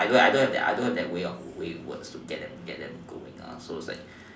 I don't have I don't have the ways of with words to get them to get them going so it's like